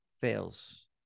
fails